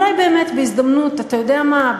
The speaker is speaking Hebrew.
אולי באמת, בהזדמנות, אתה יודע מה?